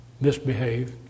misbehave